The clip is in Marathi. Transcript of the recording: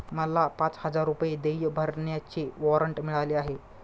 मला पाच हजार रुपये देय भरण्याचे वॉरंट मिळाले आहे